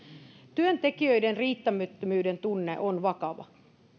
työntekijöiden riittämättömyyden tunne on vakava